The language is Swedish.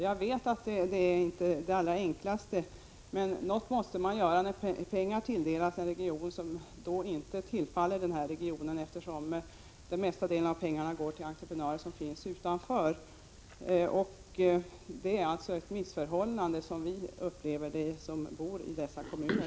Jag vet att detta inte är någon enkel fråga, men något måste göras när pengar som tilldelats en region inte kommer att tillfalla denna därför att den största delen av medlen går till entreprenörer utanför regionen. Vi som bor i kommunerna i fråga upplever detta som ett missförhållande.